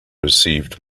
received